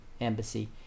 embassy